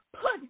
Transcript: put